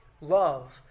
Love